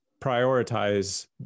prioritize